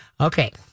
okay